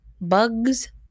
bugs